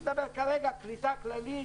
אני מדבר כרגע על קליטה כללית,